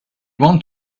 want